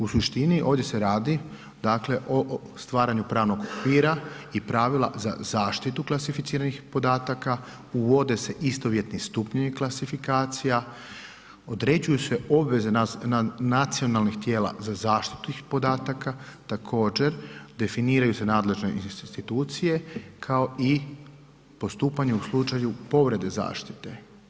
U suštini ovdje se radi o stvaranju pravnog okvira i pravila za zaštitu klasificiranih podataka, uvode se istovjetni stupnjevi klasifikacija, određuju se obveze nacionalnih tijela za zaštitu podataka, također definiraju se nadležne institucije kao i postupanje u slučaju povrede zaštite.